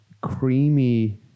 creamy